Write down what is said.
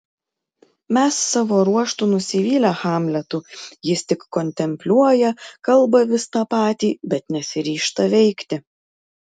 mes savo ruožtu nusivylę hamletu jis tik kontempliuoja kalba vis tą patį bet nesiryžta veikti